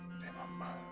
remember